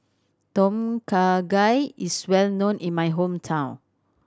Tom Kha Gai is well known in my hometown